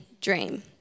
dream